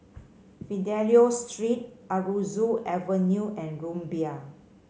Fidelio Street Aroozoo Avenue and Rumbia